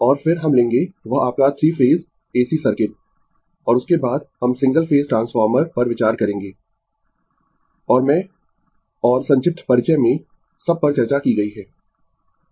और फिर हम लेंगें वह आपका थ्री फेज AC सर्किट्स और उसके बाद हम सिंगल फेज ट्रांसफार्मर पर विचार करेंगें और मैं और संक्षिप्त परिचय में सब पर चर्चा की गई है